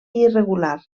irregular